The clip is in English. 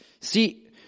See